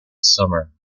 summer